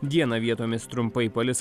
dieną vietomis trumpai palis